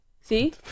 See